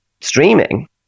streaming